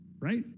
Right